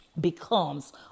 becomes